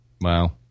Wow